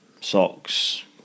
socks